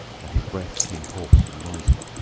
and his breath came hoarse and noisy.